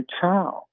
child